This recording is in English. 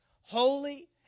holy